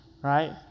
right